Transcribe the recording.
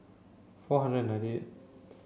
four hundred and ninety eighth